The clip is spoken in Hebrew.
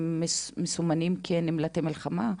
הם מסומנים כנמלטי מלחמה?